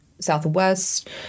Southwest